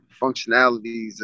functionalities